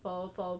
for for